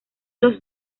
los